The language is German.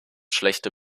schlechte